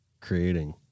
creating